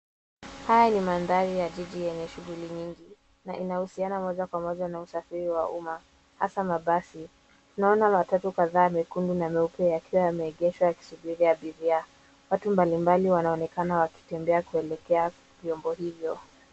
Haya ni mandhari ya jiji yenye shughuli nyingi, na inahusiana moja kwa moja na usafiri wa umma, hasa mabasi. Tunaona matatu kadhaa mekundu na meupe yakiwa yameegeshwa yakisubiri abiria. Watu mbalimbali wanaonekana wakitembea kuelekea vyombo hivyo.